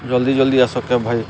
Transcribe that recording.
ଜଲ୍ଦି ଜଲ୍ଦି ଆସ କେବ୍ ଭାଇ